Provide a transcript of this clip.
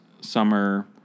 summer